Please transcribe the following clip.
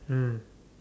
mm